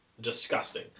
disgusting